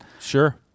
Sure